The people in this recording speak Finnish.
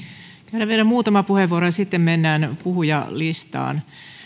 käydään vielä muutama vastauspuheenvuoro ja sitten mennään puhujalistaan